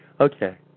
Okay